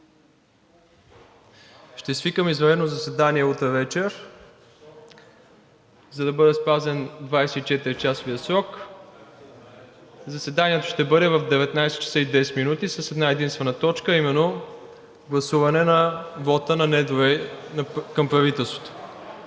ще свикам извънредно заседание утре вечер, за да бъде спазен 24-часовият срок. Заседанието ще бъде в 19,10 ч. с една-единствена точка, а именно гласуване на вота на недоверие към правителството.